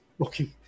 Okay